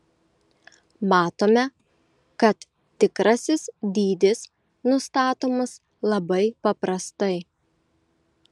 matome kad tikrasis dydis nustatomas labai paprastai